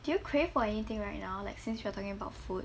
do you crave for anything right now like since we are talking about food